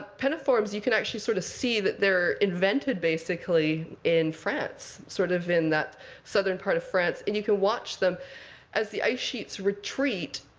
penniforms you can actually sort of see that they're invented, basically, in france, sort of in that southern part of france. and you can watch them as the ice sheets retreat.